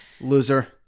Loser